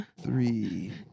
three